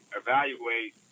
evaluate